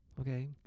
okay